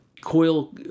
coil